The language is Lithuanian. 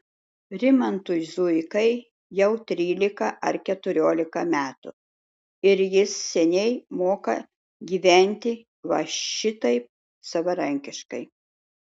rimantui zuikai jau trylika ar keturiolika metų ir jis seniai moka gyventi va šitaip savarankiškai